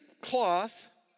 cloth